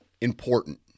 important